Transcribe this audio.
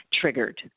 triggered